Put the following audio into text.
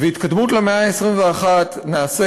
והתקדמות למאה ה-21 נעשית,